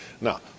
Now